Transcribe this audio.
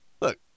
look